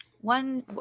One